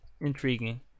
intriguing